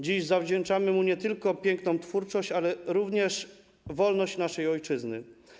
Dziś zawdzięczamy mu nie tylko piękną twórczość, ale również wolność naszej ojczyzny.